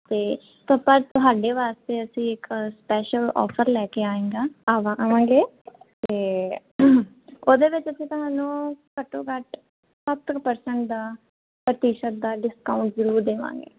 ਤੇ ਪਪਾ ਤੁਹਾਡੇ ਵਾਸਤੇ ਅਸੀਂ ਇੱਕ ਸਪੈਸ਼ਲ ਆਫਰ ਲੈ ਕੇ ਆਏਗਾ ਆਵਾ ਆਵਾਂਗੇ ਅਤੇ ਉਹਦੇ ਵਿੱਚ ਅਸੀਂ ਤੁਹਾਨੂੰ ਘੱਟੋ ਘੱਟ ਸੱਤ ਕੁ ਪ੍ਰਸੈਂਟ ਦਾ ਪ੍ਰਤੀਸ਼ਤ ਦਾ ਡਿਸਕਾਊਂਟ ਜ਼ਰੂਰ ਦੇਵਾਂਗੇ